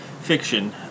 fiction